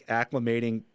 acclimating